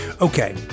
Okay